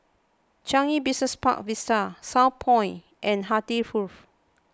Changi Business Park Vista Southpoint and Hartley Grove